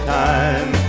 time